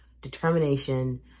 determination